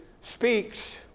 speaks